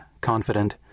confident